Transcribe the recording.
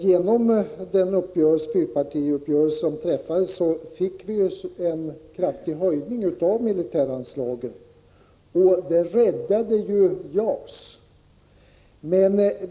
Genom den fyrpartiuppgörelse som träffades fick vi en kraftig höjning av militäranslaget, och det räddade ju JAS.